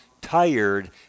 tired